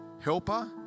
helper